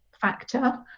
factor